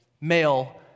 male